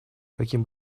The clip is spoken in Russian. каким